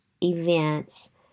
events